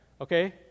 Okay